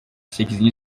sekizinci